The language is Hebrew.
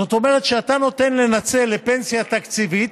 זאת אומרת שכשאתה נותן לנצל פנסיה תקציבית,